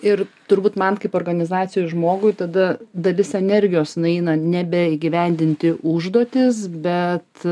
ir turbūt man kaip organizacijos žmogui tada dalis energijos nueina nebe įgyvendinti užduotis bet